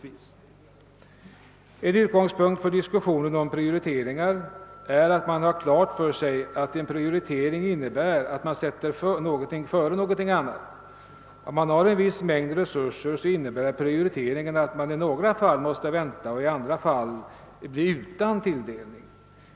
Vid diskussionen om Prioriteringar måste man ha klart för sig att en prioritering innebär att man sätter en sak före en annan. Om det finns en viss mängd resurser, så innebär prioritering att några måste vänta, andra bli utan tilldelning.